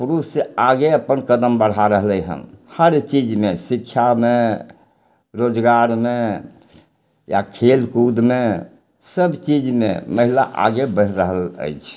पुरुषसँ आगू अपन कदम बढ़ा रहलय हन हरचीजमे शिक्षामे रोजगारमे या खेलकूदमे सबचीजमे महिला आगे बढ़ि रहल अछि